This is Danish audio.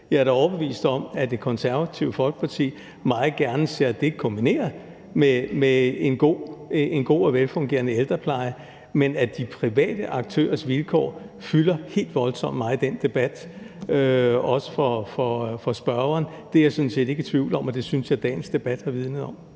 Jeg er da overbevist om, at Det Konservative Folkeparti meget gerne ser det kombineret med en god og velfungerende ældrepleje. Men at de private aktørers vilkår fylder helt voldsom meget i den debat, også for spørgeren, er jeg sådan set ikke i tvivl om. Og det syntes jeg dagens debat har vidnet om.